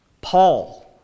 Paul